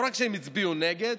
לא רק שהם הצביעו נגד,